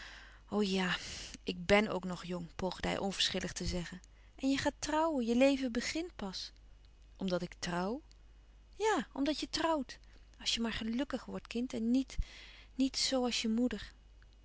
ja ik bèn ook nog jong poogde hij onverschillig te zeggen en je gaat trouwen je leven begint pas omdat ik troùw ja omdat je troùwt als je maar gelùkkig wordt kind en niet niet zoo als je moeder